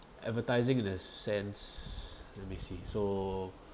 advertising in a sense let me see so